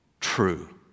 true